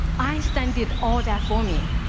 einstein did all that for me,